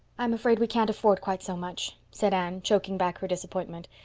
i'm afraid we can't afford quite so much, said anne, choking back her disappointment.